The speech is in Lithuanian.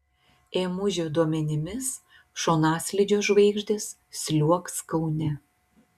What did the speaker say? ėmužio duomenimis šonaslydžio žvaigždės sliuogs kaune